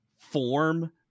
form